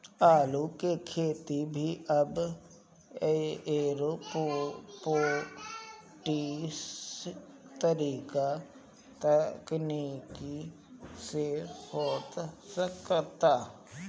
आलू के खेती भी अब एरोपोनिक्स तकनीकी से हो सकता